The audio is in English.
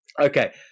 Okay